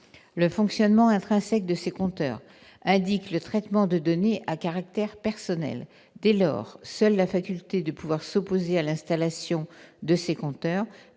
Le fonctionnement intrinsèque de ces compteurs implique le traitement de données à caractère personnel. Dès lors, seule la faculté de s'opposer à l'installation de ces compteurs